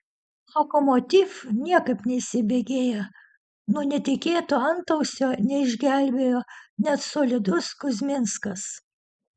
lokomotiv niekaip neįsibėgėja nuo netikėto antausio neišgelbėjo net solidus kuzminskas